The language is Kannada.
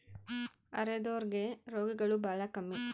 ಅರೆದೋರ್ ಗೆ ರೋಗಗಳು ಬಾಳ ಕಮ್ಮಿ